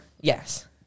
yes